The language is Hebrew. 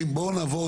חברים, בואו נעבור.